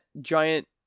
giant